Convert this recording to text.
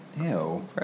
Ew